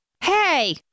Hey